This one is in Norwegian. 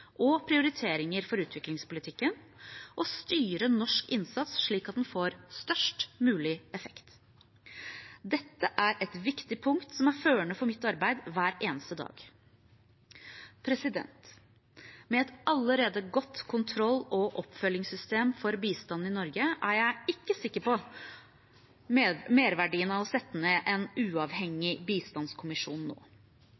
og prioriteringer for utviklingspolitikken og styre norsk innsats slik at den får størst mulig effekt. Dette er et viktig punkt som er førende for mitt arbeid hver eneste dag. Med et allerede godt kontroll- og oppfølgingssystem for bistanden i Norge er jeg ikke sikker på merverdien av å sette ned en